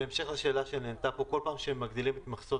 בהמשך לשאלה שעלתה פה כל פעם שמגדילים את מכסות